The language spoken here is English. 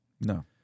No